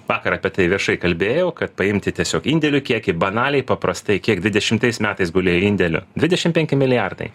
vakar apie tai viešai kalbėjau kad paimti tiesiog indėlių kiekį banaliai paprastai kiek dvidešimtais metais gulėjo indėlių dvidešim penki milijardai